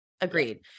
agreed